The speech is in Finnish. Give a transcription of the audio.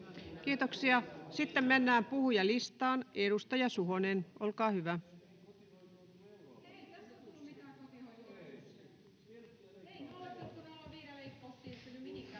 Kiitoksia. — Sitten mennään puhujalistaan. Edustaja Suhonen, olkaa hyvä. [Speech